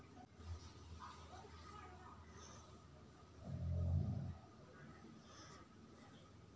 నా గులాబి పువ్వు ను త్వరగా ఎలా విరభుస్తుంది?